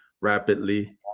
rapidly